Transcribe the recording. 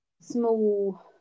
small